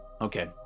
Okay